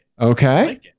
Okay